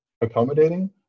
accommodating